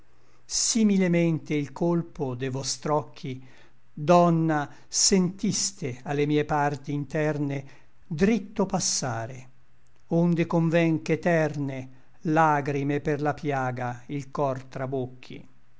similmente il colpo de vostr'occhi donna sentiste a le mie parti interne dritto passare onde conven ch'eterne lagrime per la piaga il cor trabocchi